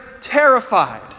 terrified